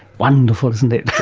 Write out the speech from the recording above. wonderful isn't it.